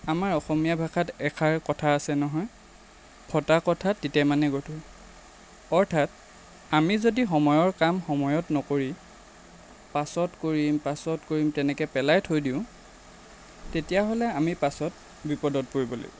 আমাৰ অসমীয়া ভাষাত এষাৰ কথা আছে নহয় ফটা কঁথা তিতে মানে গধুৰ অৰ্থাৎ আমি যদি সময়ৰ কাম সময়ত নকৰি পাছত কৰিম পাছত কৰিম তেনেকৈ পেলাই থৈ দিওঁ তেতিয়াহ'লে আমি পাছত বিপদত পৰিব লাগিব